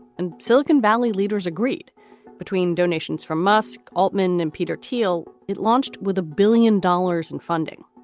and silicon valley leaders agreed between donations from musk altman and peter teale. it launched with a billion dollars in funding,